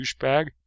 douchebag